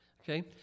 Okay